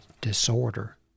disorder